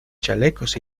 chalecos